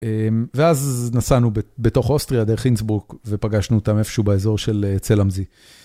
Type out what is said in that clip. אממ... ואז נסענו בתוך אוסטריה, דרך אינסברג, ופגשנו אותם איפשהו באזור של צלאמזי.